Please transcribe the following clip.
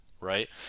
right